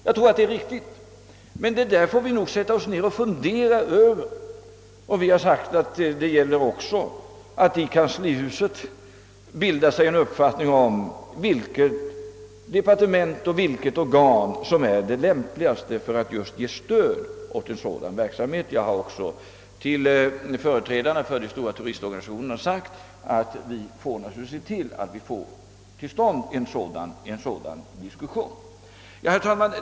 Jag tror detta är riktigt, men vi får nog fundera över saken. Vi har sagt, att det gäller också att i kanslihuset bilda sig en uppfattning om vilket departement och vilket organ som är lämpligt då stöd skall ges åt en sådan verksamhet. Jag har också till företrädarna för de stora turistorganisationerna sagt, att vi får naturligtvis se till att en sådan diskussion kommer till stånd. Herr talman!